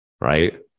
right